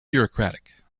bureaucratic